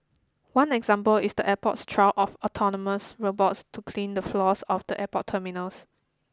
one example is the airport's trial of autonomous robots to clean the floors of the airport terminals